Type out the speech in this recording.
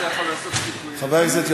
חבר הכנסת נהרי, סגן השר נהרי, לא נמצא.